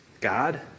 God